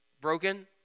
Broken